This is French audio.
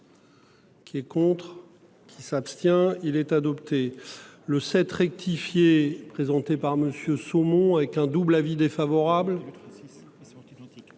Qui est contre qui s'abstient il est adopté le 7 rectifié présenté par Monsieur saumon avec un double avis défavorable.